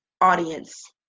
audience